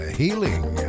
healing